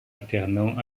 alternant